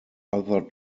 other